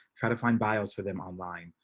try to find bios for them online.